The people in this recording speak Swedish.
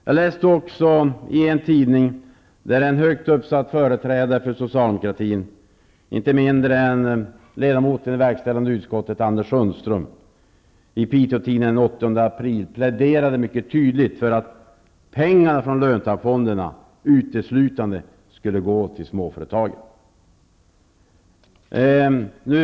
Jag läste också att en högt uppsatt företrädare för socialdemokratin, ingen mindre än ledamoten i verkställande utskottet Anders Sundström, i Piteåtidningen den 8 april pläderade mycket tydligt för att pengarna från löntagarfonderna uteslutande skulle gå till småföretagen.